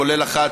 כולל אחת,